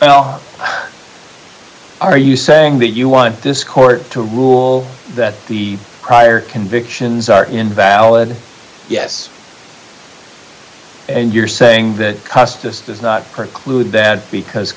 know are you saying that you want this court to rule that the prior convictions are invalid yes and you're saying the customs does not preclude that because